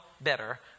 better